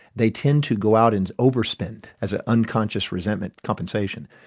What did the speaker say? they tend to go out and overspend, as an unconscious resentment compensation.